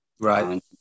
Right